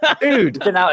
dude